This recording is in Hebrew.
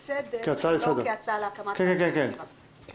לסדר-היום בנושא: "ועדת חקירה פרלמנטרית על תפקוד